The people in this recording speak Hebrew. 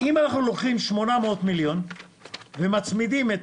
אם אנחנו לוקחים 800 מיליון ומצמידים את